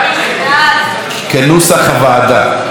כנוסח הוועדה.